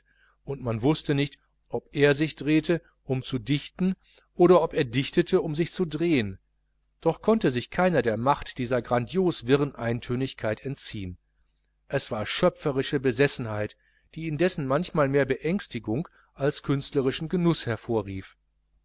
und man wußte nicht ob er sich drehte um zu dichten oder ob er dichtete um sich zu drehen doch konnte sich keiner der macht dieser grandios wirren eintönigkeit entziehen es war schöpferische besessenheit die indessen manchmal mehr beängstigung als künstlerischen genuß hervorrief